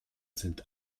sind